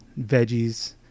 veggies